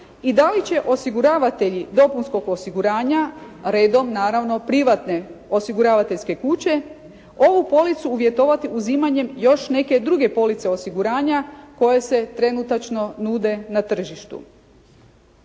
i da li će osiguravatelji dopunskog osiguranja redom naravno privatne osiguravateljske kuće, ovu policu uvjetovati uzimanjem još neke druge police osiguranje koje se trenutačno nude na tržištu.